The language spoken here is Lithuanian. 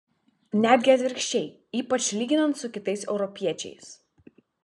netgi atvirkščiai ypač lyginant su kitais europiečiais